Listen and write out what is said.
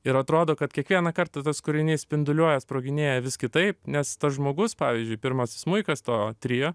ir atrodo kad kiekvieną kartą tas kūrinys spinduliuoja sproginėja vis kitaip nes tas žmogus pavyzdžiui pirmasis smuikas to trio